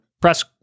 press